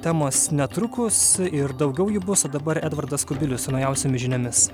temos netrukus ir daugiau jų bus o dabar edvardas kubilius su naujausiomis žiniomis